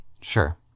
Sure